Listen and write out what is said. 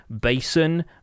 basin